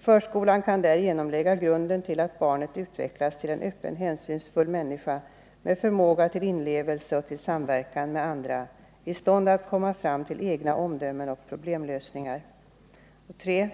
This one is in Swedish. Förskolan kan därigenom lägga grunden till att barnet utvecklas till en öppen hänsynsfull människa med förmåga till inlevelse och till samverkan med andra, i stånd att komma fram till egna omdömen och problemlösningar. 3.